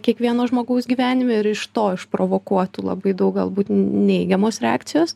kiekvieno žmogaus gyvenime ir iš to išprovokuotų labai daug galbūt neigiamos reakcijos